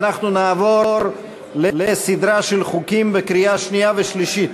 אנחנו נעבור לסדרה של חוקים לקריאה שנייה ושלישית.